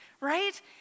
right